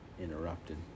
interrupted